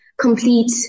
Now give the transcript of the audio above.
complete